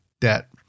debt